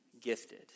gifted